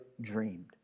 dreamed